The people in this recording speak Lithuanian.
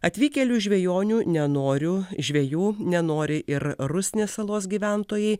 atvykėlių žvejonių nenoriu žvejų nenori ir rusnės salos gyventojai